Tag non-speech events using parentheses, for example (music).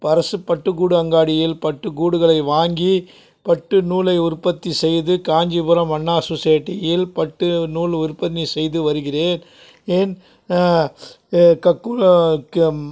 அரசு பட்டு கூடு அங்காடியில் பட்டு கூடுகளை வாங்கி பட்டு நூலை உற்பத்தி செய்து காஞ்சிபுரம் அண்ணா சொசைட்டியில் பட்டு நூல் உற்பத்தி செய்து வருகிறேன் (unintelligible)